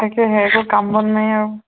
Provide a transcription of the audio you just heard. তাকেহে একো কাম বন নাই আৰু